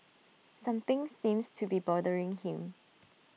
something seems to be bothering him